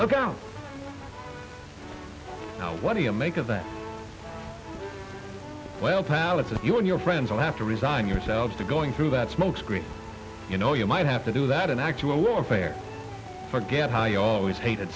now what do you make of that well palettes if you and your friends will have to resign yourselves to going through that smoke screen you know you might have to do that and actually warfare forget how you always hated